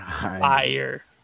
Fire